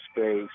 space